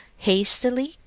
hastily